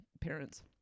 parents